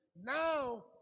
Now